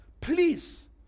please